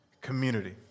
community